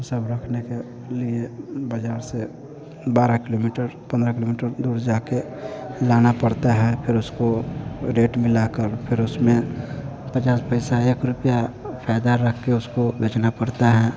सब रखने के लिए बाज़ार से बारह किलोमीटर पन्द्रह किलोमीटर दूर जाकर लाना पड़ता है फिर उसको रेट मिलाकर फिर उसमें पचास पैसा एक रुप्या फायदा रखकर उसको बेचना पड़ता है